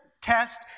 test